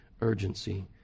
urgency